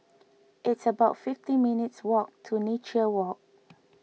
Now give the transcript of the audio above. it's about fifty minutes' walk to Nature Walk